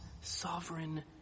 sovereign